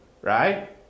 right